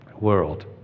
world